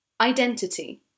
identity